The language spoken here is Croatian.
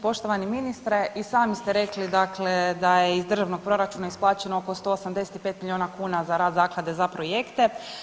Poštovani ministre, i sami ste rekli dakle da je iz državnog proračuna isplaćeno oko 185 milijuna kuna za rad zaklade za projekte.